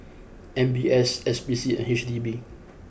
M B S S P C and H D B